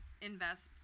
invest